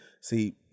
See